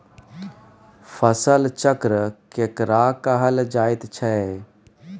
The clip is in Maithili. फसल चक्र केकरा कहल जायत छै?